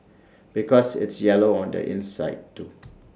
because it's yellow on the inside too